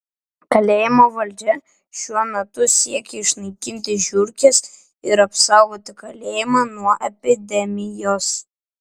kalėjimo valdžia šiuo metu siekia išnaikinti žiurkes ir apsaugoti kalėjimą nuo epidemijos